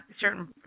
certain